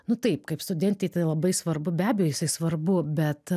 nu taip kaip studentei tai labai svarbu be abejo jisai svarbu bet